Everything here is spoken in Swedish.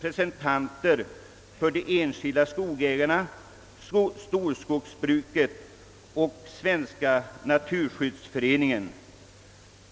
representanter för de enskilda skogsägarna, storskogsbruket och Svenska naturskyddsföreningen.